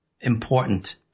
important